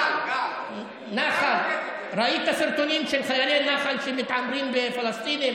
ראית סרטונים של חיילי נח"ל שמתעמרים בפלסטינים?